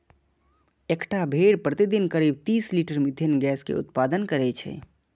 एकटा भेड़ प्रतिदिन करीब तीस लीटर मिथेन गैस के उत्पादन करै छै